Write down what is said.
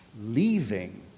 leaving